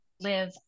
live